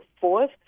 forth